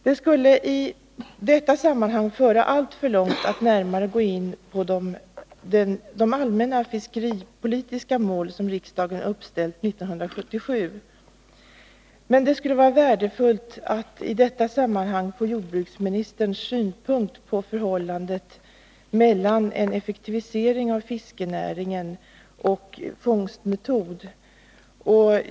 Det skulle i detta sammanhang föra alltför långt att närmare gå in på de allmänna fiskeripolitiska mål som riksdagen uppställde år 1977. Men det vore värdefullt att i detta sammanhang få del av jordbruksministerns syn på förhållandet mellan en effektivisering av fiskenäringen och fångstmetod.